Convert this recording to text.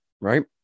right